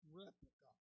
replica